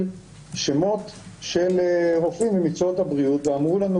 שמות של רופאים ממקצועות הבריאות ואמרו לנו,